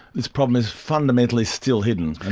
this problem is fundamentally still hidden.